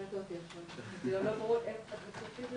להחריג את שירותי הבריאות המפורטים בסעיף 71(א)(7)